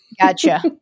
Gotcha